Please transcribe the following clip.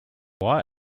why